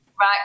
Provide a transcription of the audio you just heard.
Right